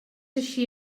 així